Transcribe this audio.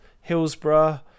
Hillsborough